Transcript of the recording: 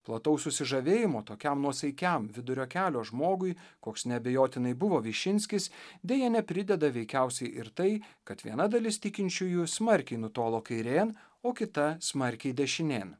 plataus susižavėjimo tokiam nuosaikiam vidurio kelio žmogui koks neabejotinai buvo višinskis deja neprideda veikiausiai ir tai kad viena dalis tikinčiųjų smarkiai nutolo kairėn o kita smarkiai dešinėn